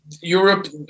europe